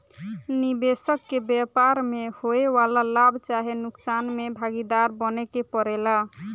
निबेसक के व्यापार में होए वाला लाभ चाहे नुकसान में भागीदार बने के परेला